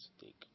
take